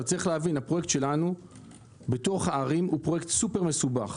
הפרויקט שלנו בתוך הערים הוא פרויקט סופר מסובך.